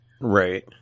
Right